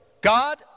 God